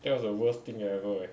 that was the worst thing ever eh